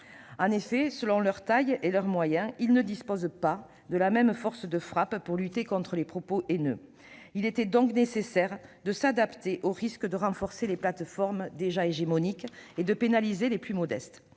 En effet, selon leur taille et leurs moyens, ceux-ci ne disposent pas de la même force de frappe pour lutter contre les propos haineux. Il était donc nécessaire de s'adapter, au risque de renforcer les plateformes déjà hégémoniques et de pénaliser les plateformes